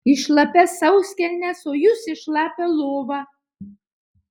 į šlapias sauskelnes o jūs į šlapią lovą